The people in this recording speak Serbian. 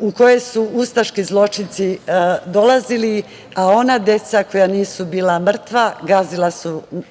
u kojoj su ustaški zločinci dolazili, a ona deca koja nisu bila mrtva